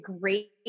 great